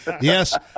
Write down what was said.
Yes